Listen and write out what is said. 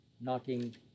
knocking